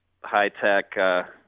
high-tech